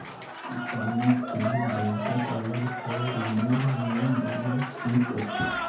किसानेर तने बैंकक अलग स ऋनेर नियम बना छेक